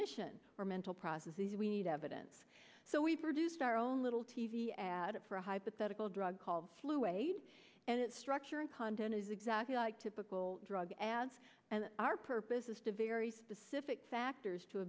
cognition or mental processes we need evidence so we produce our own little t v ad for a hypothetical drug called flu wade and its structure content is exactly like typical drug ads and our purpose is to very specific factors to